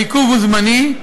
העיכוב הוא זמני,